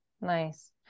Nice